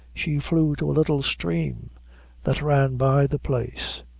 she flew to a little stream that ran by the place,